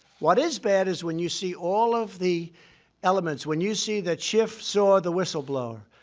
what is bad is when you see all of the elements, when you see that schiff saw the whistleblower.